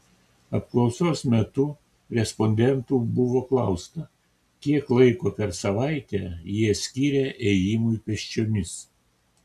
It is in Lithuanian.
apklausos metu respondentų buvo klausta kiek laiko per savaitę jie skiria ėjimui pėsčiomis